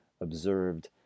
observed